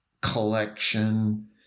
collection